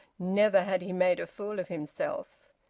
never had he made a fool of himself.